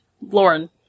Lauren